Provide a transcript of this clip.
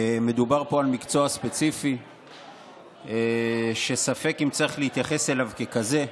מדובר פה על מקצוע ספציפי שספק אם צריך להתייחס אליו ככזה.